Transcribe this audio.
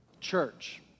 church